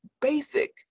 basic